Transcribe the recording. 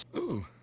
ooh!